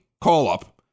call-up